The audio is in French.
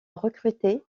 recruter